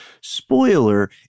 Spoiler